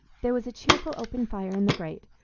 there was a cheerful open fire in the grate,